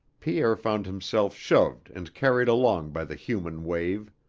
pierre found himself shoved and carried along by the human wave.